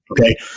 Okay